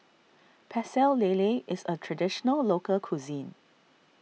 Pecel Lele is a Traditional Local Cuisine